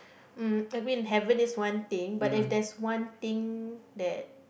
uh I mean heaven is one thing but if there's one thing that